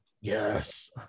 Yes